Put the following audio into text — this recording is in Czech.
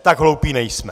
Tak hloupí nejsme!